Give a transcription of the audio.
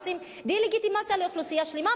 עושים דה-לגיטימציה לאוכלוסייה שלמה,